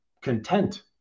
content